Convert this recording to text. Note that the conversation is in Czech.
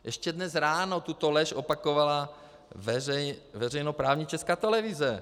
Ještě dnes ráno tuto lež opakovala veřejnoprávní Česká televize.